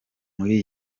muri